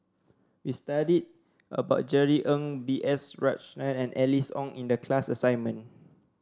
we studied about Jerry Ng B S Rajhans and Alice Ong in the class assignment